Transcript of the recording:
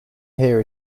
hear